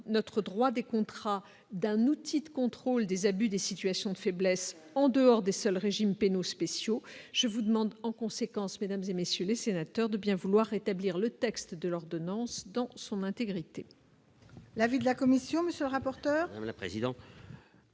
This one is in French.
notre droit des contrats d'un outil de contrôle des abus, des situations de faiblesse en dehors des seuls régimes pénaux spéciaux, je vous demande, en conséquence, mesdames et messieurs les sénateurs, de bien vouloir rétablir le texte de l'ordonnance dans son intégrité. L'avis de la Commission, monsieur rapporteur président.